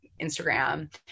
Instagram